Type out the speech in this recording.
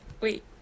Wait